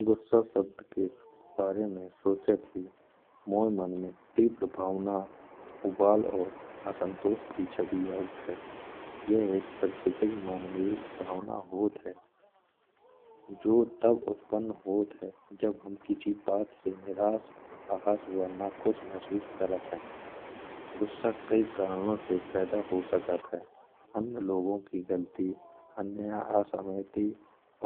गुस्सा शब्द के बारे में सोचत ही मन में तीव्र भावना उबाल और असंतोष की छबि आऊत है। यह एक प्राकृतिक मानवी भावना होत है जो तब उत्पन्न होत है। जब हम किसी बात से निराश, आहत वा न खुश महसूस करत है। गुस्सा कई कारणों से पैदा हो सकत है। अन्य लोगों की गलती, अन्य असहमति